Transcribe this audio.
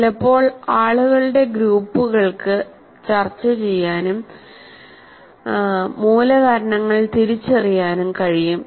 ചിലപ്പോൾ ആളുകളുടെ ഗ്രൂപ്പുകൾക്ക് ചർച്ച ചെയ്യാനും മൂലകാരണങ്ങൾ തിരിച്ചറിയാനും കഴിയും